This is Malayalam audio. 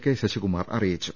കെ ശശികുമാർ അറിയിച്ചു